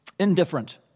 indifferent